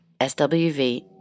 SWV